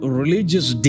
religious